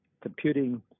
computing